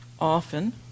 often